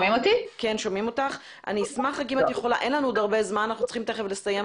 אין לנו הרבה זמן, אנחנו צריכים לסיים.